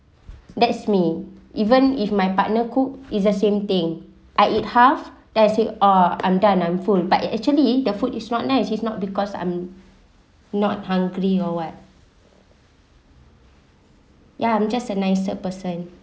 that's me even if my partner cook is the same thing I eat half that's it uh I'm done I'm full but it actually the food is not nice he's not because I'm not hungry or what yeah I'm just a nicer person